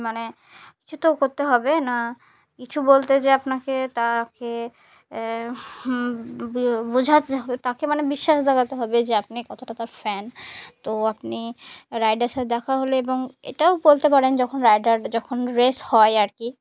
মানে কিছু তো করতে হবে না কিছু বলতে যে আপনাকে তাকে বোঝাতে হবে তাকে মানে বিশ্বাস দেখাতে হবে যে আপনি কতটা তার ফ্যান তো আপনি রাইডারের সাথে দেখা হলে এবং এটাও বলতে পারেন যখন রাইডার যখন রেস হয় আর কি